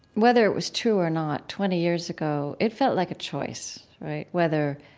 whether it was true or not twenty years ago, it felt like a choice, right? whether